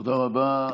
תודה רבה.